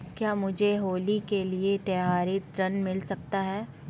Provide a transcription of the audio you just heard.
क्या मुझे होली के लिए त्यौहारी ऋण मिल सकता है?